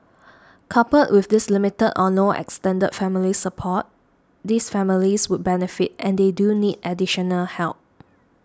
coupled with this limited or no extended family support these families would benefit and they do need additional help